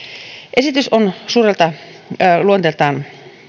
esitys on suurelta luonteeltaan